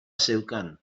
zeukan